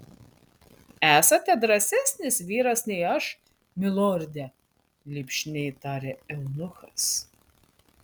esate drąsesnis vyras nei aš milorde lipšniai tarė eunuchas